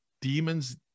demons